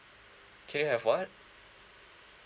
can you have what